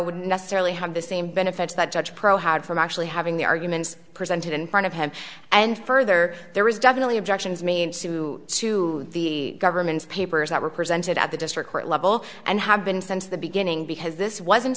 would necessarily have the same benefits that judge pro had from actually having the arguments presented in front of him and further there was definitely objections me and sue to the government's papers that were presented at the district court level and have been since the beginning because this wasn't